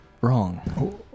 wrong